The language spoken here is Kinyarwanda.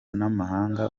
n’amahanga